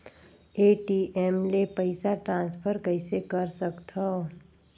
ATM ले पईसा transfer कइसे कर सकथव?